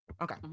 Okay